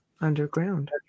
underground